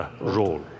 Role